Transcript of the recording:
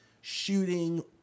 shooting